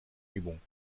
übung